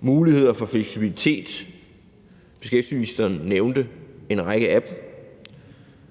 muligheder for fleksibilitet – beskæftigelsesministeren nævnte en række af dem.